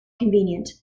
convenient